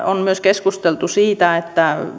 on myös keskusteltu siitä